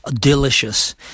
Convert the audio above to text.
delicious